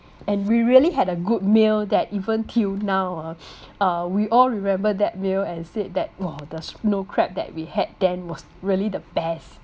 and we really had a good meal that even till now ah uh we all remember that meal and said that !wow! the snow crab that we had then was really the best